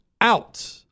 out